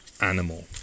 animal